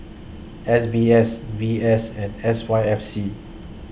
S B S V S and S Y F C